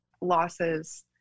losses